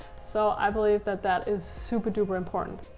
so i believe that that is super duper important.